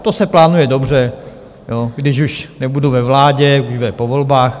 To se plánuje dobře, jo, když už nebudu ve vládě, bude po volbách.